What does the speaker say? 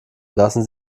lassen